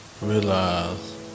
realize